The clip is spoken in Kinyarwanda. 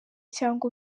cyangwa